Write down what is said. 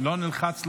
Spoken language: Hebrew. לא נלחץ לך?